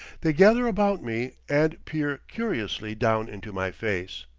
they gather about me and peer curiously down into my face.